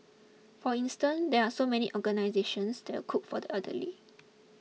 for instance there are so many organisations that cook for the elderly